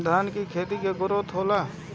धान का खेती के ग्रोथ होला?